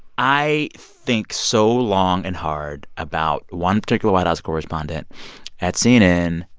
i think so long and hard about one particular white house correspondent at cnn,